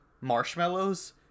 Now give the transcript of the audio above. marshmallows